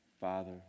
Father